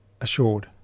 assured